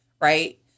right